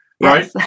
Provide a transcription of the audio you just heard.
Right